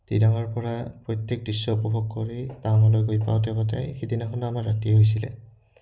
দিৰাঙৰ পৰা প্ৰত্যেক দৃশ্য উপভোগ কৰি টাৱাঙলৈ গৈ পাওঁতে পাওঁতে সেইদিনাখনো আমাৰ ৰাতিয়ে হৈছিলে